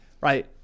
Right